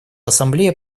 ассамблея